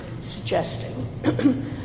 suggesting